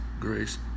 grace